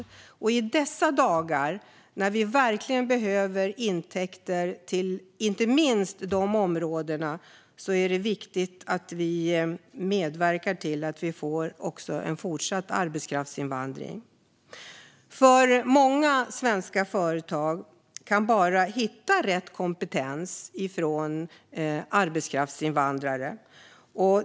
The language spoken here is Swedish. Och i dessa dagar när vi verkligen behöver intäkter till inte minst dessa områden är det viktigt att vi medverkar till att vi får också en fortsatt arbetskraftsinvandring. Många svenska företag kan nämligen bara hitta rätt kompetens bland arbetskraftsinvandrare.